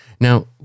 Now